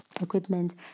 equipment